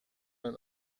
ein